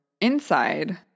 inside